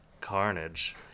carnage